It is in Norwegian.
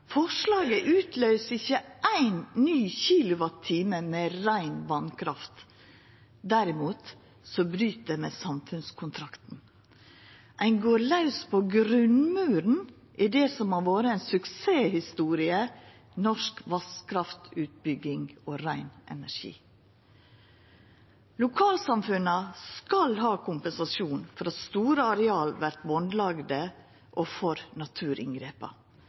ikkje éin ny kilowattime med rein vasskraft. Derimot bryt det med samfunnskontrakten. Ein går laus på grunnmuren i det som har vore ei suksesshistorie: norsk vasskraftutbygging og rein energi. Lokalsamfunna skal ha kompensasjon for at store areal vert bandlagde og for naturinngrepa.